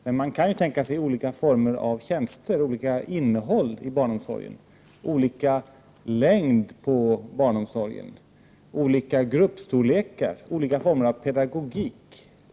Men man kan ju tänka sig olika former av tjänster, olika innehåll i barnomsorgen, olika längd på barnomsorgen, olika gruppstorlekar, olika former av pedagogik.